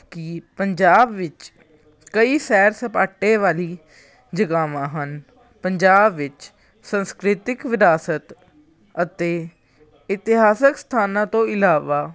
ਕਿ ਪੰਜਾਬ ਵਿੱਚ ਕਈ ਸੈਰ ਸਪਾਟੇ ਵਾਲੀ ਜਗ੍ਹਾਵਾਂ ਹਨ ਪੰਜਾਬ ਵਿੱਚ ਸੰਸਕ੍ਰਿਤਿਕ ਵਿਰਾਸਤ ਅਤੇ ਇਤਿਹਾਸਿਕ ਸਥਾਨਾਂ ਤੋਂ ਇਲਾਵਾ